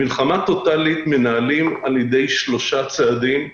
מלחמה טוטלית מנהלים על ידי שלושה צעדים,